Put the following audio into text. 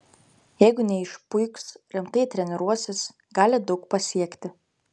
jeigu neišpuiks rimtai treniruosis gali daug pasiekti